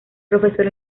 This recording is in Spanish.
profesor